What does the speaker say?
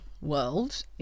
world